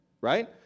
right